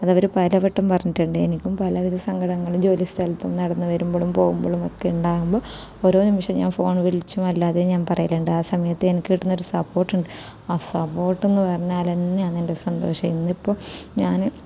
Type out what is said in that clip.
അത് അവർ പലവട്ടം പറഞ്ഞിട്ടുണ്ട് എനിക്കും പലവിധ സങ്കടങ്ങളും ജോലി സ്ഥലത്തും നടന്ന് വരുമ്പോഴും പോകുമ്പോഴും ഒക്കെ ഉണ്ടാക്കുമ്പോൾ ഓരോ നിമിഷവും ഞാൻ ഫോൺ വിളിച്ചും അല്ലാതെയും ഞാൻ പറയലുണ്ട് ആ സമയത്ത് എനിക്ക് കിട്ടുന്ന ഒരു സപ്പോർട്ട് ഉണ്ട് ആ സപ്പോർട്ടെന്നു പറഞ്ഞാൽ തന്നെയാന്ന് എൻ്റെ സന്തോഷം ഇന്ന് ഇപ്പം ഞാൻ